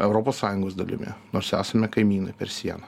europos sąjungos dalimi nors esame kaimynai per sieną